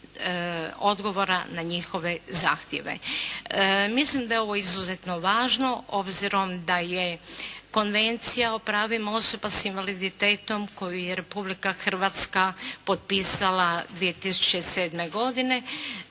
odgovora na njihove zahtjeve. Mislim da je ovo izuzetno važno obzirom da je Konvencija o pravima osoba s invaliditetom koju je Republika Hrvatska potpisala 2007. godine